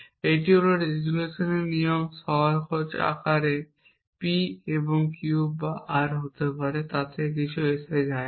এটি হল রেজোলিউশনের নিয়মটি সহজ আকারে এটি P এবং Q বা R হতে পারে তাতেও কিছু যায় আসে না